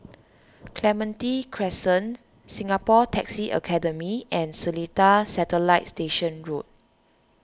Clementi Crescent Singapore Taxi Academy and Seletar Satellite Station Road